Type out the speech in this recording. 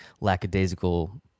lackadaisical